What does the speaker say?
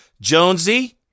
Jonesy